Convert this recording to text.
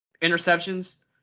interceptions